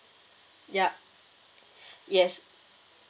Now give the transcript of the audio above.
yup yes